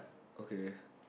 okay